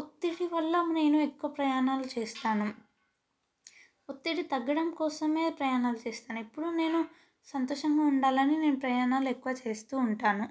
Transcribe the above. ఒత్తిడి వల్ల నేను ఎక్కువ ప్రయాణాలు చేస్తాను ఒత్తిడులు తగ్గడం కోసమే ప్రయాణాలు చేస్తాను ఇప్పుడు నేను సంతోషంగా ఉండాలని నేను ప్రయాణాలు ఎక్కువ చేస్తూ ఉంటాను